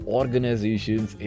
organizations